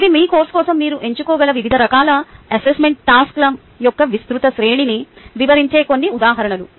ఇవి మీ కోర్సు కోసం మీరు ఎంచుకోగల వివిధ రకాల అసెస్మెంట్ టాస్క్ల యొక్క విస్తృత శ్రేణిని వివరించే కొన్ని ఉదాహరణలు